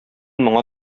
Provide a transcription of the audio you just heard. моңа